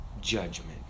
judgment